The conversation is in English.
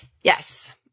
yes